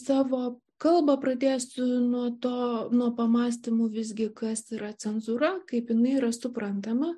savo kalbą pradėsiu nuo to nuo pamąstymų visgi kas yra cenzūra kaip jinai yra suprantama